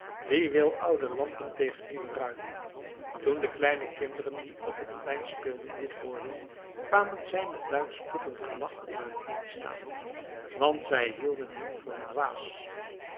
wie wil oude lampen tegen nieuwe ruilen toen de kleine kinderen die op het plein speelden dit hoorden kwamen zij met luid spottend gelach om hem heen staan want zij hielden hem voor een dwaas